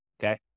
okay